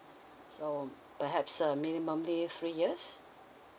so perhaps uh minimumly three years